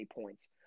points